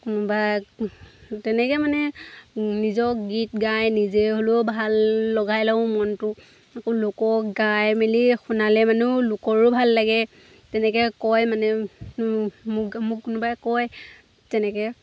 কোনোবাই তেনেকৈ মানে নিজক গীত গাই নিজে হ'লেও ভাল লগাই লওঁ মনটো আকৌ লোকক গাই মেলি শুনালে মানে লোকৰো ভাল লাগে তেনেকৈ কয় মানে মোক মোক কোনোবাই কয় তেনেকৈ